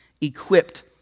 equipped